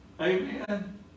Amen